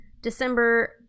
December